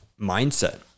mindset